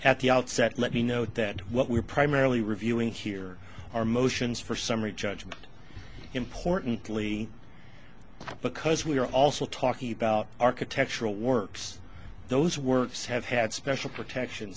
at the outset let me note that what we're primarily reviewing here are motions for summary judgment importantly because we are also talking about architectural works those words have had special protection